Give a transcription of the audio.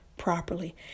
Properly